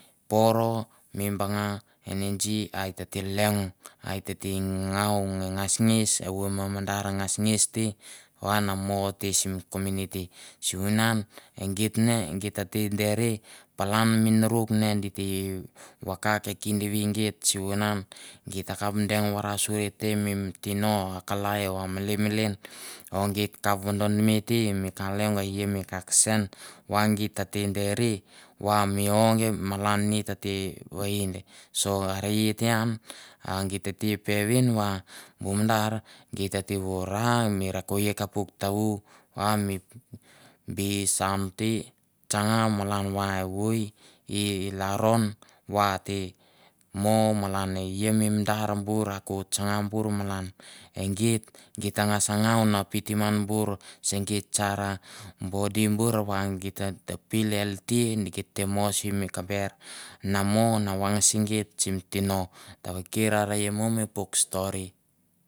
Poro mi banga energy a e tete leong, a e tete ngau nge ngesnges evoi mo mandar ngesnges te va na mo te sim kominiti, sivunan e geit ne geit tete dere palan menarok ne di te vakak kindeve geit, sivunan geit ta kap deng varasuria te mi tino kalai o a melemelen o geit kap vodonme te mi ka leong ei mi ka kasen, va geit tete dere va mi ong malan ne tete vainde. So are i te an a geit tete peven va bu mandar geit ta te von ra koeko puk ta- u a mi bi suan te tsanga malan va evoi i lalron va te mo malan e ia mi mandar bur a ko tsanga bur malan e geit, geit tangas ngau na fitim ngan bur se geit sar a bodi bor va geit to ta feel healthy, geit te mo sim kamber na mo na vangse seit sim tino. Tavaker are i mo mi puk stori.